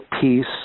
peace